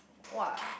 !wah!